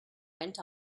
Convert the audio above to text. went